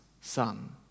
son